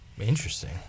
Interesting